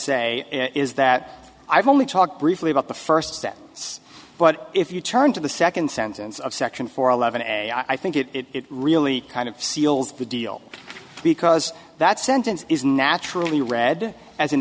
say is that i've only talked briefly about the first step but if you turn to the second sentence of section four eleven and i think it it really kind of seals the deal because that sentence is naturally read as an